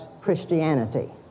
Christianity